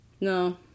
No